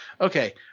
Okay